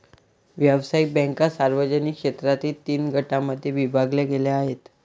व्यावसायिक बँका सार्वजनिक क्षेत्रातील तीन गटांमध्ये विभागल्या गेल्या आहेत